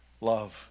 love